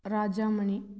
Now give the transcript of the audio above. Rajamani